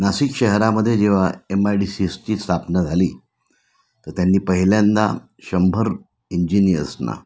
नासिक शहरामध्ये जेव्हा M I D C एसची स्थापना झाली तर त्यांनी पहिल्यांदा शंभर इंजिनियर्सना